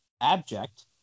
abject